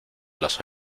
las